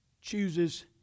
chooses